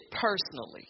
personally